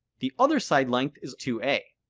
the other side length is two a.